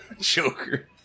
Joker